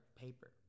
paper